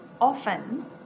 Often